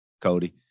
Cody